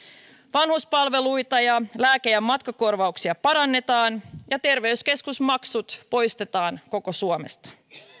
vanhuspalveluita ja lääke ja matkakorvauksia parannetaan ja terveyskeskusmaksut poistetaan koko suomesta